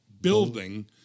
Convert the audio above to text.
building